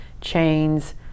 chains